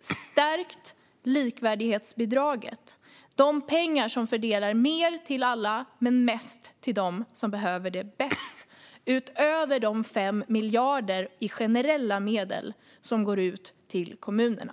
stärkt likvärdighetsbidraget, de pengar som fördelar mer till alla men mest till dem som behöver det bäst, utöver de 5 miljarder i generella medel som går ut till kommunerna.